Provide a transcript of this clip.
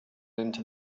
into